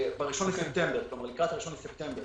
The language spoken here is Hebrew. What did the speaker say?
לקראת 1 בספטמבר